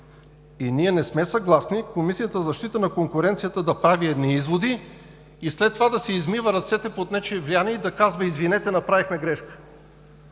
И ние не сме съгласни Комисията за защита на конкуренцията да прави едни изводи и след това да си измива ръцете под нечие влияние и да казва: „Извинете, направихме грешка“.